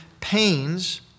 pains